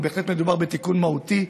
בהחלט מדובר בתיקון מהותי,